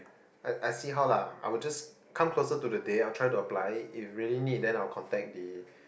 I I see how lah I will just come closer to the day I'll try to apply if really need then I'll contact the